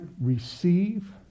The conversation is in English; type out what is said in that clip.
receive